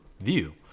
view